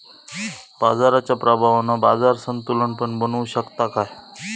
बाजाराच्या प्रभावान बाजार संतुलन पण बनवू शकताव काय?